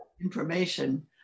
information